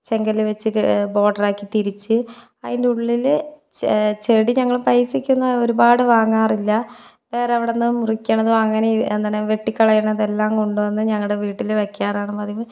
ചെങ്കല്ല് വെച്ച് കെ ബോർഡറാക്കി തിരിച്ച് അതിൻ്റെ ഉള്ളിൽ ചെ ചെടി ഞങ്ങൾ പൈസക്കൊന്നും ഒരുപാട് വാങ്ങാറില്ല വേറെ എവിടെ നിന്നും മുറിക്കുന്നതോ അങ്ങനെ എന്താണ് വെട്ടി കളയുന്നതെല്ലാം കൊണ്ട് വന്ന് ഞങ്ങളുടെ വീട്ടിൽ വെക്കാറാണ് പതിവ്